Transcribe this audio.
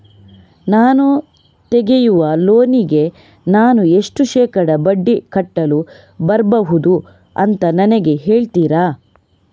ನಾನು ತೆಗಿಯುವ ಲೋನಿಗೆ ನಾನು ಎಷ್ಟು ಶೇಕಡಾ ಬಡ್ಡಿ ಕಟ್ಟಲು ಬರ್ಬಹುದು ಅಂತ ನನಗೆ ಹೇಳ್ತೀರಾ?